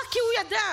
רק הוא ידע.